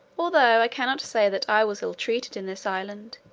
although i cannot say that i was ill treated in this island,